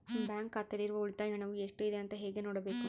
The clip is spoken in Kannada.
ಬ್ಯಾಂಕ್ ಖಾತೆಯಲ್ಲಿರುವ ಉಳಿತಾಯ ಹಣವು ಎಷ್ಟುಇದೆ ಅಂತ ಹೇಗೆ ನೋಡಬೇಕು?